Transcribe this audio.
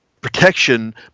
protection